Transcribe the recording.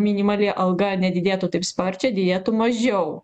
minimali alga nedidėtų taip sparčiai didėtų mažiau